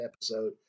episode